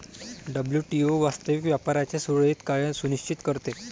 WTO वास्तविक व्यापाराचे सुरळीत कार्य सुनिश्चित करते